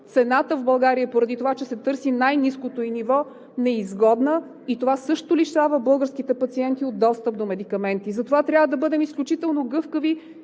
цената в България става – поради това че се търси най-ниското ѝ ниво, неизгодна и това също лишава българските пациенти от достъп до медикаменти. Затова трябва да бъдем изключително гъвкави.